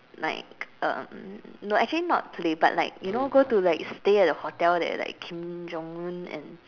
like um no actually not play but like you know go to like stay at a hotel like Kim-Jong-Un and